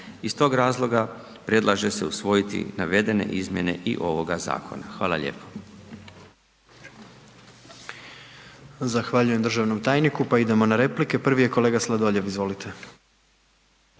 Iz tog razloga predlaže se usvojiti navedene izmjene i ovoga zakona. Hvala lijepa.